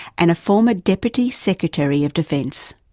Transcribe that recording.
and a former deputy secretary of defence.